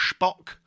Spock